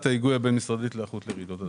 משרדית להיערכות לרעידות אדמה.